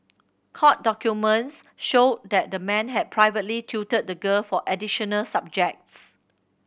court documents showed that the man had privately tutored the girl for additional subjects